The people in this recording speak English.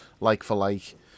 like-for-like